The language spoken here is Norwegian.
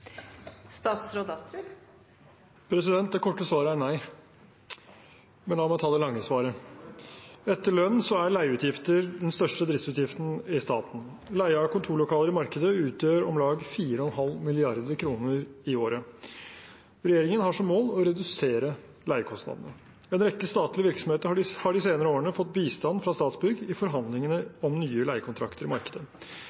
Det korte svaret er nei. Men la meg ta det lange svaret: Etter lønn er leieutgifter den største driftsutgiften i staten. Leie av kontorlokaler i markedet utgjør om lag 4,5 mrd. kr i året. Regjeringen har som mål å redusere leiekostnadene. En rekke statlige virksomheter har de senere årene fått bistand fra Statsbygg i forhandlingene